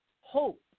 hope